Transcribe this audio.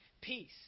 peace